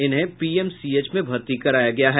इनहें PMCH में भर्ती कराया गया है